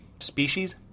species